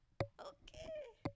okay